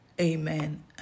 Amen